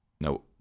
no